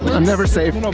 i'm never safe. you know